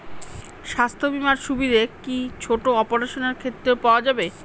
স্বাস্থ্য বীমার সুবিধে কি ছোট অপারেশনের ক্ষেত্রে পাওয়া যাবে?